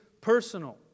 personal